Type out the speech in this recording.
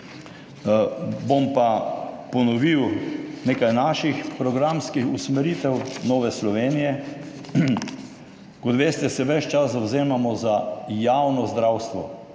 bom pa ponovil nekaj naših programskih usmeritev Nove Slovenije. Kot veste, se ves čas zavzemamo za javno zdravstvo.